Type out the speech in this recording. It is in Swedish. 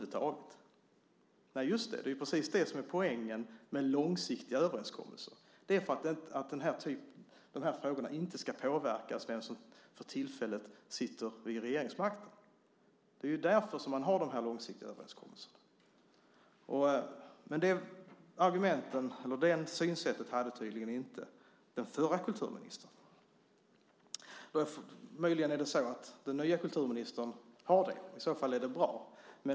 Det är ju precis det som är poängen med långsiktiga överenskommelser, att de här frågorna inte ska påverkas av vem som för tillfället sitter vid regeringsmakten. Det är ju därför man har de långsiktiga överenskommelserna. Det synsättet hade tydligen inte den förra kulturministern. Möjligen har den nya kulturministern det. I så fall är det bra.